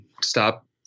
stop